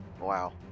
Wow